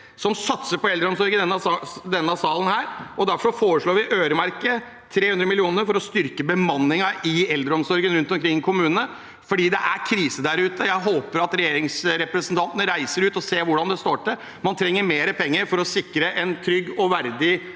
som satser på eldreomsorg, og derfor foreslår vi å øremerke 300 mill. kr for å styrke bemanningen i eldreomsorgen rundt omkring i kommunene. Det er krise der ute. Jeg håper at regjeringsrepresentantene reiser ut og ser hvordan det står til. Man trenger mer penger for å sikre en trygg, verdig